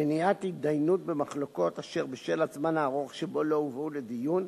מניעת התדיינות במחלוקות אשר בשל הזמן הארוך שבו לא הובאו לדיון,